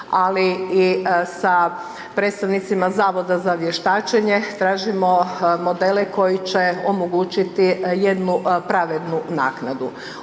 ali i sa predstavnicima Zavoda za vještačenje, tražimo modele koji će omogućiti jednu pravednu naknadu.